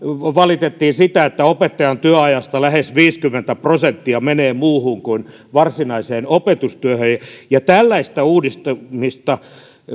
valitettiin sitä että opettajan työajasta lähes viisikymmentä prosenttia menee muuhun kuin varsinaiseen opetustyöhön ja tällaista uudistamista